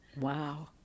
Wow